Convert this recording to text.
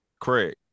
Craig